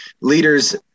leaders